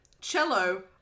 cello